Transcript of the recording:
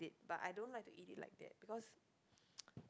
but I don't like to eat it like that because